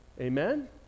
Amen